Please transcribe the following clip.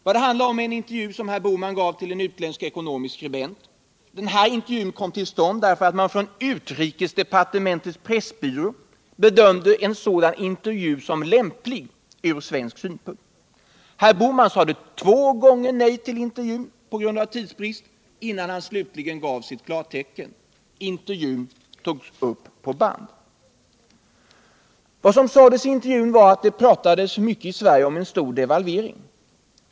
Vad det handlar om är en intervju som herr Bohman gav till en utländsk ekonomisk skribent. Denna intervju kom till stånd därför att utrikesdepartementets pressbyrå bedömde en sådan som lämplig ur svensk synpunkt. Herr Bohman sade två gånger nej till intervjun på grund av tidsbrist, innan han slutligen gav sitt klartecken. Intervjun togs upp på band. Vad som sades i intervjun var att det pratades mycket i Sverige om en stor devalvering.